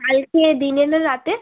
কালকে দিনে না রাতে